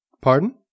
Pardon